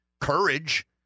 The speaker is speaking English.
courage